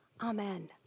Amen